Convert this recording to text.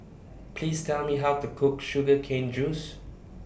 Please Tell Me How to Cook Sugar Cane Juice